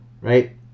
right